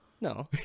No